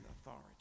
authority